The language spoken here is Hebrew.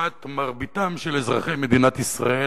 לעומת מרביתם של אזרחי מדינת ישראל,